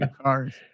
cars